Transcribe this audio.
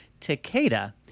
Takeda